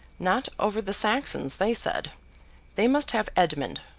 not over the saxons, they said they must have edmund,